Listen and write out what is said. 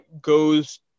goes